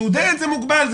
סטודנט זה מוגבל,